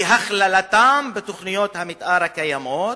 והכללתם בתוכניות המיתאר הקיימות,